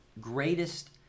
greatest